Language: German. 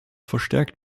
verstärkt